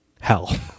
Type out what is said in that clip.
hell